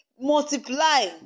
Multiply